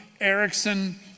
Erickson